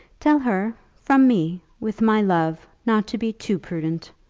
tell her, from me, with my love not to be too prudent.